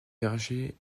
vergers